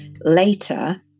later